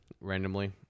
Randomly